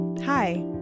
Hi